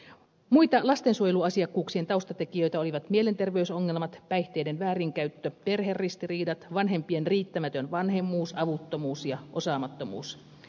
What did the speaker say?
muita lastensuojeluasiakkuuksien taustatekijöitä olivat mielenterveysongelmat päihteiden väärinkäyttö perheristiriidat vanhempien riittämätön vanhemmuus avuttomuus ja osaamattomuus